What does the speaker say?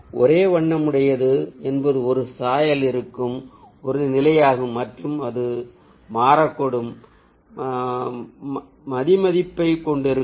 ஒரே வண்ணமுடையது என்பது ஒரு சாயல் இருக்கும் ஒரு நிலை ஆகும் மற்றும் அது மாறக்கூடும் மதிப்மதிப்பை கொண்டிருக்கும்